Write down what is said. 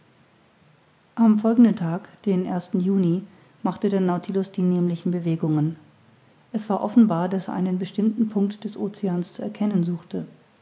am folgenden tag den juni machte der nautilus die nämlichen bewegungen es war offenbar daß er einen bestimmten punkt des oceans zu erkennen suchte